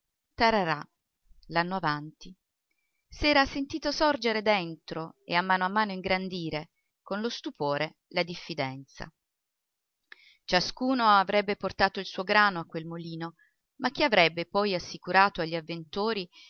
tararà l'anno avanti s'era sentita sorgere dentro e a mano a mano ingrandire con lo stupore la diffidenza ciascuno avrebbe portato il suo grano a quel molino ma chi avrebbe poi assicurato agli avventori